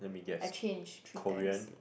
I change three times